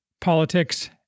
politics